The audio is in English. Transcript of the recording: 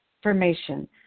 information